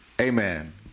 Amen